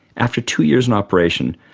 after two years in operation,